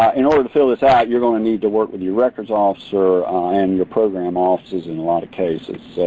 ah in order to fill this out you're going to need to work with your records officer and the program office in a lot of cases.